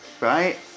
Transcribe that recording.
Right